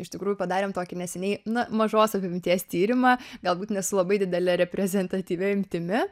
iš tikrųjų padarėm tokį neseniai na mažos apimties tyrimą galbūt ne su labai didele reprezentatyvia imtimi